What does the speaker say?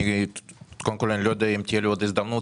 אני לא יודע אם תהיה לי עוד הזדמנות,